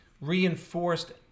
reinforced